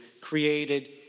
created